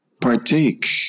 partake